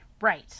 right